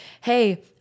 Hey